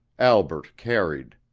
albert carried.